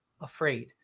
afraid